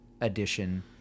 edition